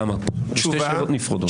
אלה שתי שאלות נפרדות.